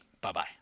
Bye-bye